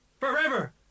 Forever